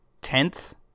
Tenth